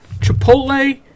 Chipotle